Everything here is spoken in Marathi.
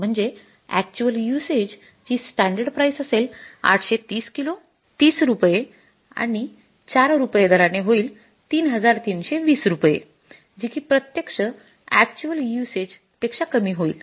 म्हणजे अॅक्च्युअल युसेज ची स्टॅंडर्ड प्राईस असेल ८३० किलो ३० रुपये आणि ४ रुपये दराने होईल 33२० रुपये जी कि प्रत्यक्ष अॅक्च्युअल युसेज पेक्षा कमी होईल